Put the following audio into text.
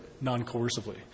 non-coercively